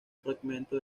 fragmento